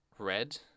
Red